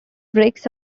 breaks